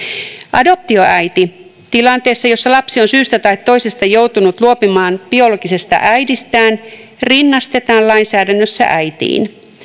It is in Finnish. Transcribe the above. adoptioäiti tilanteessa jossa lapsi on syystä tai toisesta joutunut luopumaan biologisesta äidistään rinnastetaan lainsäädännössä äitiin